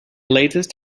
latest